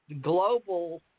global